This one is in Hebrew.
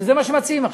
שזה מה שמציעים עכשיו.